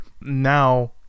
now